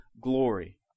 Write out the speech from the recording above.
glory